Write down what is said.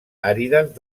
àrides